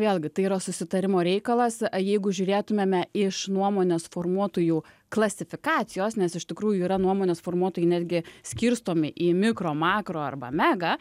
vėlgi tai yra susitarimo reikalas jeigu žiūrėtumėme iš nuomonės formuotojų klasifikacijos nes iš tikrųjų yra nuomonės formuotojai netgi skirstomi į mikro makro arba mega